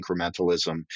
incrementalism